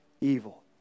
evil